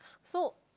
so